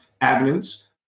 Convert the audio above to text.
avenues